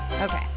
Okay